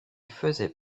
faisait